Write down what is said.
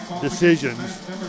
decisions